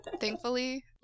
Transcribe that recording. Thankfully